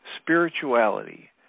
Spirituality